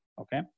Okay